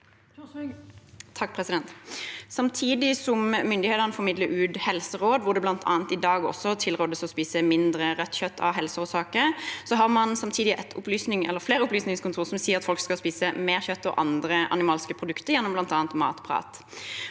Samtidig som myndighetene formidler ut helseråd, hvor det bl.a. i dag tilrådes å spise mindre rødt kjøtt av helseårsaker, har man samtidig flere opplysningskontor, bl.a. Matprat, som sier at folk skal spise mer kjøtt og andre animalske produkter. Opplysningskontorene